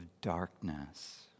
darkness